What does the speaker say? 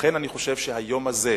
לכן, אני חושב שהיום הזה,